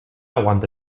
aguante